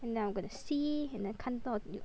and then I'm gonna see and I 看到有